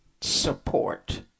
support